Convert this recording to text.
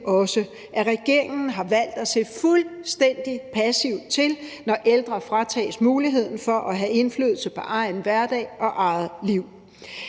også, at regeringen har valgt at se fuldstændig passivt til, når ældre fratages muligheden for at have indflydelse på egen hverdag og eget liv.